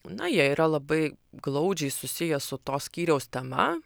na jie yra labai glaudžiai susiję su to skyriaus tema